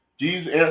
Jesus